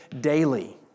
daily